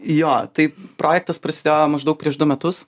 jo tai projektas prasidėjo maždaug prieš du metus